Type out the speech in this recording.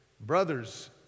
brothers